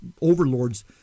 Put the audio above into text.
overlords